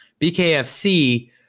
BKFC